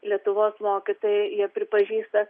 lietuvos mokytojai jie pripažįsta